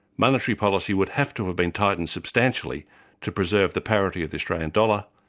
monetary policy would have to have been tightened substantially to preserve the parity of the australian dollar,